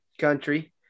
country